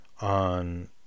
on